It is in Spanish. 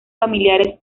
familiares